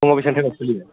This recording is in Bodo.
फुंआव बेसेबां टाइमाव खुलियो